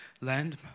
land